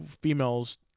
females